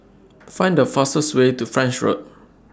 Find The fastest Way to French Road